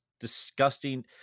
disgusting